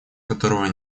которого